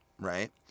right